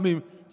גם אם צה"ל,